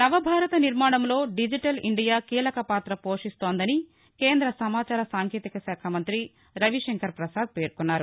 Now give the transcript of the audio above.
నవభారత నిర్మాణంలో digital India కీలకపాత పోషిస్తోందని కేంద సమాచార సాంకేతిక శాఖ మంత్రి రవిశంకర్ ఫసాద్ పేర్కొన్నారు